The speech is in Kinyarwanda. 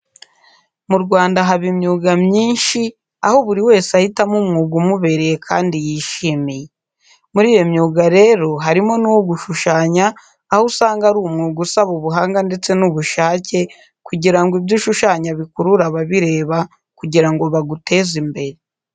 Mu Rwanda haba imyuga myinshi aho buri wese ahitamo umwuga umubereye kandi yishimiye. Muri iyo myuga rero harimo n'uwo gushushanya aho usanga ari umwuga usaba ubuhanga ndetse n'ubushake kugirango ibyo ushushanya bikurure ababireba kugirango baguteze imbere.